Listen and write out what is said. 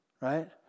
right